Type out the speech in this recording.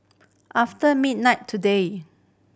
after midnight today